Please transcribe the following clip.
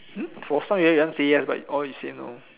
hmm for some you you want to say yes but all you say no